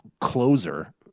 closer